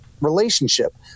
relationship